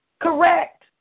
correct